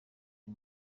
uyu